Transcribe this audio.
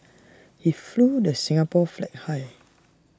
he flew the Singapore flag high